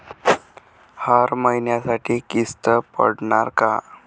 हर महिन्यासाठी किस्त पडनार का?